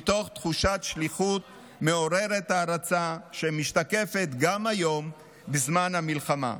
מתוך תחושת שליחות מעוררת הערצה שמשתקפת גם היום בזמן המלחמה.